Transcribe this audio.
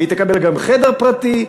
והיא תקבל גם חדר פרטי,